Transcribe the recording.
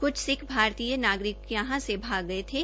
कुछ सिक्ख भारतीय नागरिक यहां से भाग गये थे